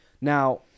Now